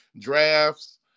drafts